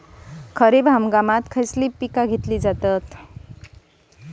खरीप हंगामात कोणती पिके घेतली जातात?